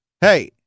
Hey